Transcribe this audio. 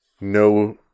no